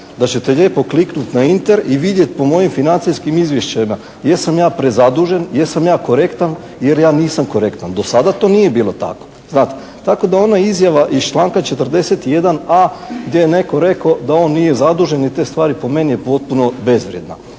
da ćete lijepo kliknuti na Internet i vidjeti po mojim financijskim izvješćima jesam li prezadužen, jesam ja korektan ili ja nisam korektan. Do sada to nije bilo tako. Znate? Tako da ona izjava iz članka 41.a gdje je netko rekao da on nije zadužen i te stvari po meni je potpuno bezvrijedna.